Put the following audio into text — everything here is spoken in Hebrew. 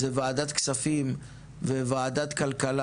אלו ועדת כספים וועדת כלכלה.